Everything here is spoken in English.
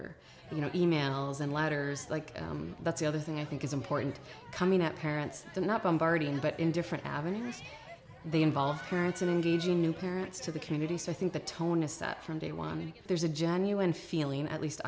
or you know e mails and letters like that the other thing i think is important coming out parents not bombarding but in different avenues the involved parents and parents to the community so i think the tone is that from day one there's a genuine feeling at least